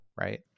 Right